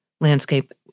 landscape